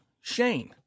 Shane